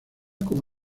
como